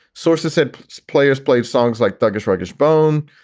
sources said players played songs like thuggish raucous bone,